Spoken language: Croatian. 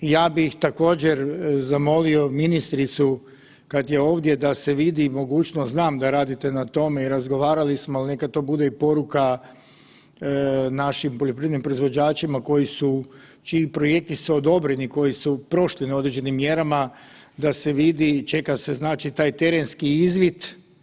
Ja bih također zamolio ministricu kad je ovdje da se vidi mogućnost, znam da radite na tome i razgovarali smo al neka to bude i poruka našim poljoprivrednim proizvođačima čiji projekti su koji su prošli na određenim mjerama da se vidi i čeka se taj terenski izvid.